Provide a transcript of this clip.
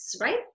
right